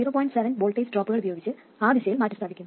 7 V voltage ഡ്രോപ്പുകൾ ഉപയോഗിച്ച് ആ ദിശയിൽ മാറ്റിസ്ഥാപിക്കും